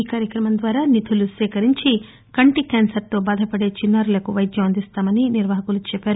ఈ కార్యక్రమం ద్వారా నిధులు సేకరించి కంటి క్యాన్సర్తో బాధపడే చిన్నారులకు వైద్యం అందిస్తామని నిర్వహకులు తెలిపారు